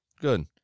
good